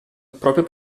proprio